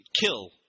kill